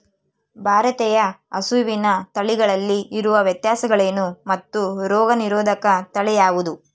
ಭಾರತೇಯ ಹಸುವಿನ ತಳಿಗಳಲ್ಲಿ ಇರುವ ವ್ಯತ್ಯಾಸಗಳೇನು ಮತ್ತು ರೋಗನಿರೋಧಕ ತಳಿ ಯಾವುದು?